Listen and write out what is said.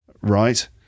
right